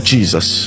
Jesus